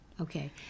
Okay